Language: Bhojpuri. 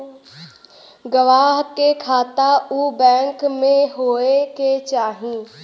गवाह के खाता उ बैंक में होए के चाही